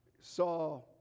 saw